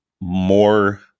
more